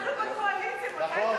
אנחנו בקואליציה.